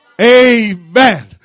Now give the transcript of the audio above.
Amen